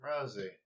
Rosie